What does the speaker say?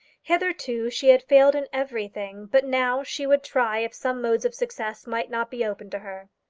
hitherto she had failed in everything, but now she would try if some mode of success might not be open to her.